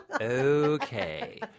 Okay